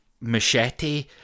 machete